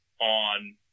on